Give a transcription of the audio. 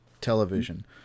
television